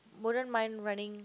wouldn't mind running